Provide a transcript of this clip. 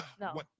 No